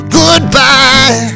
goodbye